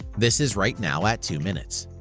this is right now at two minutes.